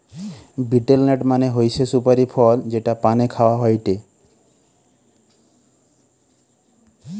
betel nut মানে হৈসে সুপারি ফল যেটা পানে খাওয়া হয়টে